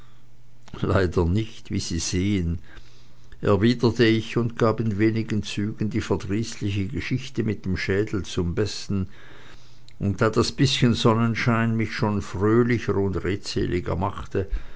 leider nicht wie sie sehen erwiderte ich und gab in wenigen zügen die verdrießliche geschichte mit dem schädel zum besten und da das bißchen sonnenschein mich schon fröhlicher und redseliger machte